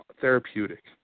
therapeutic